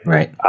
Right